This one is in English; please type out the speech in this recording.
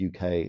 UK